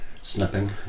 snipping